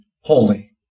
holy